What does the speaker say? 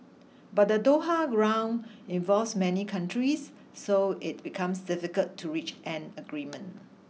but the Doha Round involves many countries so it becomes difficult to reach an agreement